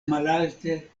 malalte